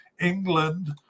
England